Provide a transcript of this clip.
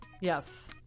Yes